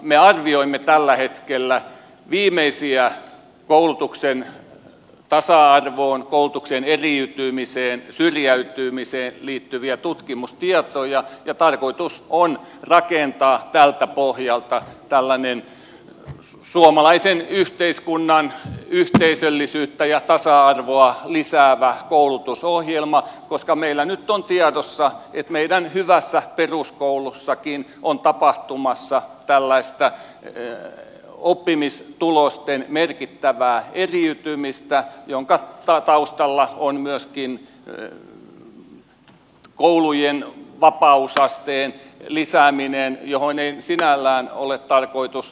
me arvioimme tällä hetkellä viimeisiä koulutuksen tasa arvoon koulutuksen eriytymiseen syrjäytymiseen liittyviä tutkimustietoja ja tarkoitus on rakentaa tältä pohjalta tällainen suomalaisen yhteiskunnan yhteisöllisyyttä ja tasa arvoa lisäävä koulutusohjelma koska meillä nyt on tiedossa että meidän hyvässä peruskoulussakin on tapahtumassa tällaista oppimistulosten merkittävää eriytymistä jonka taustalla on myöskin koulujen vapausasteen lisääminen johon ei sinällään ole tarkoitus puuttua